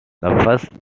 first